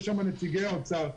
יש שם נציגי אוצר,